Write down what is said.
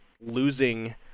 losing